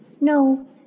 No